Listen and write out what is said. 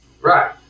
Right